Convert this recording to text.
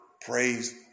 praise